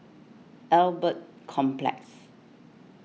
Albert Complex